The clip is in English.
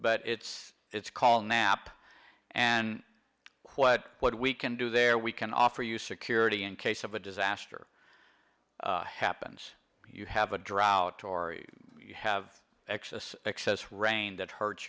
but it's it's called nap and what what we can do there we can offer you security in case of a disaster happens you have a drought or you have excess excess rain that hurts